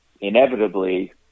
inevitably